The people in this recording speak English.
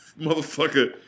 Motherfucker